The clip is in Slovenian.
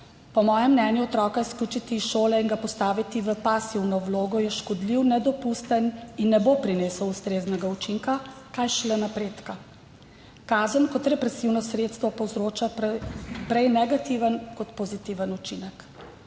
po mojem mnenju – otroka izključiti iz šole in ga postaviti v pasivno vlogo – škodljiv, nedopusten in ne bo prinesel ustreznega učinka, kaj šele napredka. Kazen kot represivno sredstvo povzroča prej negativen kot pozitiven učinek.